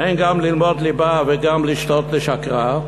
אין גם ללמוד ליבה וגם לשתות לשוכרה,